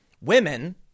Women